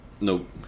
Nope